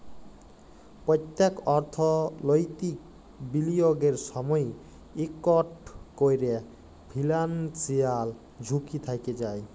প্যত্তেক অর্থলৈতিক বিলিয়গের সময়ই ইকট ক্যরে ফিলান্সিয়াল ঝুঁকি থ্যাকে যায়